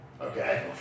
Okay